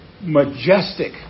majestic